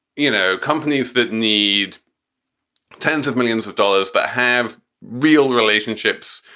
you know, companies that need tens of millions of dollars that have real relationships,